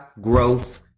growth